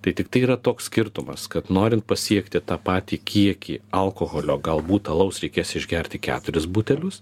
tai tiktai yra toks skirtumas kad norint pasiekti tą patį kiekį alkoholio galbūt alaus reikės išgerti keturis butelius